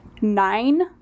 nine